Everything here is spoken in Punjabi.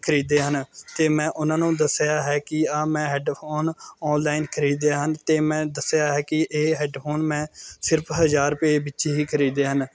ਖਰੀਦੇ ਹਨ ਅਤੇ ਮੈਂ ਉਹਨਾਂ ਨੂੰ ਦੱਸਿਆ ਹੈ ਕਿ ਆਹ ਮੈਂ ਹੈੱਡਫੋਨ ਔਨਲਾਈਨ ਖਰੀਦੇ ਹਨ ਅਤੇ ਮੈਂ ਦੱਸਿਆ ਹੈ ਕਿ ਇਹ ਹੈੱਡਫੋਨ ਮੈਂ ਸਿਰਫ਼ ਹਜ਼ਾਰ ਰੁਪਏ ਵਿੱਚ ਹੀ ਖਰੀਦੇ ਹਨ